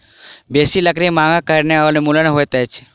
बेसी लकड़ी मांगक कारणें वनोन्मूलन होइत अछि